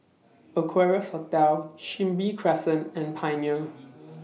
Equarius Hotel Chin Bee Crescent and Pioneer